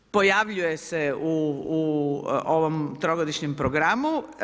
Pojavljuje se u ovom trogodišnjem programu.